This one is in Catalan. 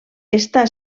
està